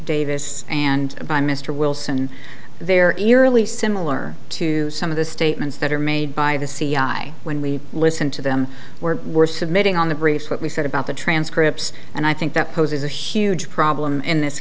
davis and by mr wilson there eerily similar to some of the statements that are made by the c i when we listened to them were we're submitting on the briefs what we said about the transcripts and i think that poses a huge problem in this